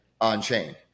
on-chain